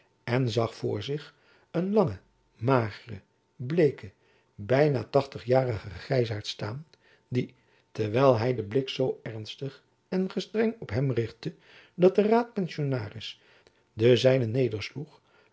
en zag voor zich een langen mageren bleeken byna tachtigjarigen grijzaart staan die terwijl hy den blik zoo ernstig en gestreng op hem richtte dat de raadpensionaris den zijne